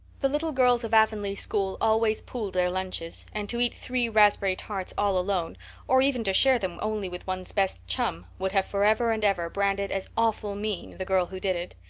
the little girls of avonlea school always pooled their lunches, and to eat three raspberry tarts all alone or even to share them only with one's best chum would have forever and ever branded as awful mean the girl who did it.